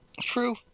True